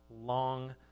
long